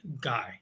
guy